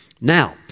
Now